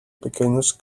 pequeños